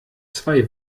zwei